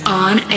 on